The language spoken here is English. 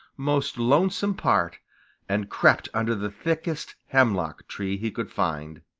most lonesome part and crept under the thickest hemlock-tree he could find.